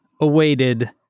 awaited